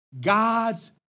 God's